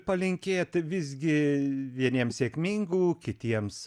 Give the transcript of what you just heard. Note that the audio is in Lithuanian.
palinkėt visgi vieniem sėkmingų kitiems